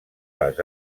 les